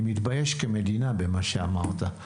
אני מתבייש כמדינה במה שאמרת.